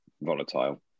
volatile